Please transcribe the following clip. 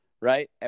Right